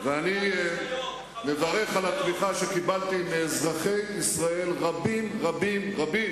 אני מברך על התמיכה שקיבלתי מאזרחי ישראל רבים רבים,